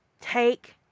take